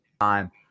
time